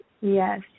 Yes